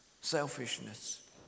selfishness